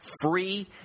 free